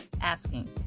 asking